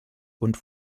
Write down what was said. und